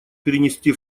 перенести